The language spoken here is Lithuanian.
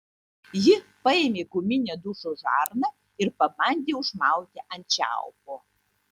ji paėmė guminę dušo žarną ir pabandė užmauti ant čiaupo